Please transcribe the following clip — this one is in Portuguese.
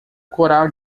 coral